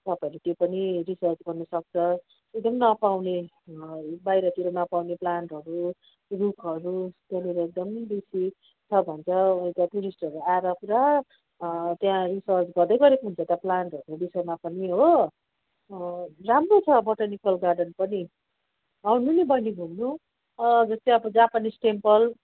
तपाईँहरू त्यो पनि रिर्सच गर्नु सक्छ एकदम नपाउने बाहिरतिर नपाउने प्लान्टहरू रुखहरू त्यहाँनिर एकदम बेसी छ भन्छ अन्त टुरिस्टहरू आएर पुरा त्यहाँ रिर्सच गर्दै गरेको हुन्छ त प्लान्टहरू विषयमा पनि हो राम्रो छ त बोटानिकल गार्डन पनि आउनु नि बहिनी घुम्नु जस्तै अब जापानिस टेम्पल